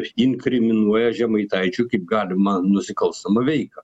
inkriminuoja žemaitaičiui kaip galimą nusikalstamą veiką